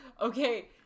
Okay